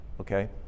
Okay